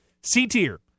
C-tier